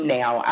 now